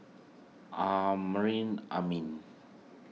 Amrin Amin